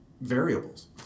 variables